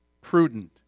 prudent